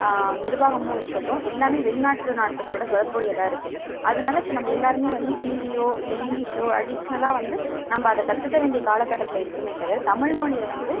நிர்வாகமும் இருக்கட்டும் எல்லாமே வெளிநாடு நாடுகளோட தொடர்புடையதாக இருக்குது அதனால இப்போ நம்ம எல்லோருமே வந்து ஹிந்தியோ இல்லை இங்கிலீஷோ அடிஷ்னலாக வந்து நம்ம அதை கற்றுக்க வேண்டிய காலகட்டத்தில் இருக்கோமே தவிர தமிழ்மொழியை வந்து